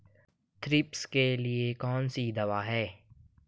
Thrips के लिए कौन सी दवा है?